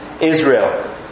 Israel